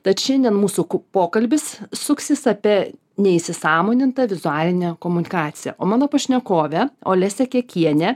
tad šiandien mūsų ku pokalbis suksis apie neįsisąmonintą vizualinę komunikaciją o mano pašnekovė olesia kekienė